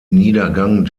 niedergang